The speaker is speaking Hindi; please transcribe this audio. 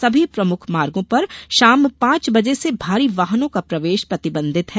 सभी प्रमुख मार्गो पर शाम पांच बजे से भारी वाहनों का प्रवेश प्रतिबंधित है